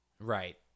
right